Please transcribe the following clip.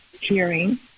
hearing